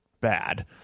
bad